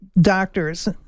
doctors